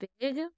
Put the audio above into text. big